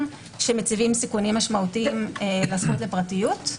שמציגים סיכונים משמעותיים בזכות לפרטיות.